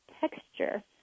texture